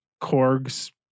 Korg's